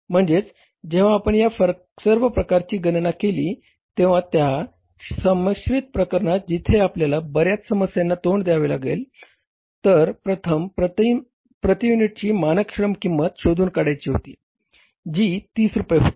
म्हणजे जेव्हा आपण या सर्व प्रकारांची गणना केली तेव्हा या संमिश्र प्रकरणात जिथे आपल्याला बर्याच समस्यांना तोंड द्यावे लागले तर प्रथम प्रति युनिटची मानक श्रम किंमत शोधून काढायची होती जी 30 रुपये होती